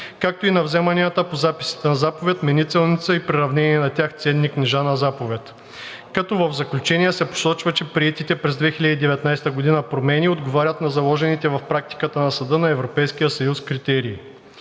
както и на вземанията по записите на заповед, менителници и приравнените на тях ценни книжа на заповед, като в заключение се посочва, че приетите през 2019 г. промени отговарят на заложените в практиката на Съда на Европейския съюз критерии.